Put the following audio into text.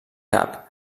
cap